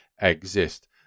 exist